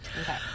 Okay